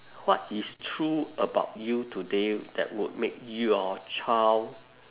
what is true about you today that would make your child